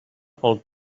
pel